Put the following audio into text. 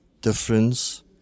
difference